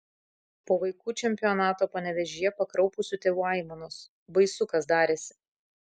po vaikų čempionato panevėžyje pakraupusių tėvų aimanos baisu kas darėsi